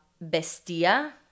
Bestia